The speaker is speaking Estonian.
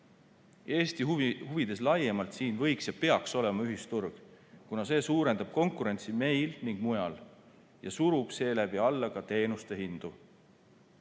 Eesti huvides laiemalt siin võiks ja peaks olema ühisturg, kuna see suurendab konkurentsi meil ning mujal ja surub seeläbi alla ka teenuste hindu.